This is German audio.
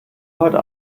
heute